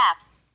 apps